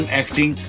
acting